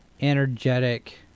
energetic